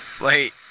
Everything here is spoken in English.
Wait